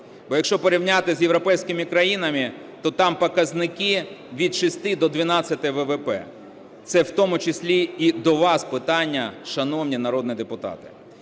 Бо, якщо порівняти з європейськими країнами, то там показники від 6 до 12 ВВП, це в тому числі і до вас питання, шановні народні депутати.